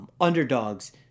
underdogs